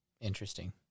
Interesting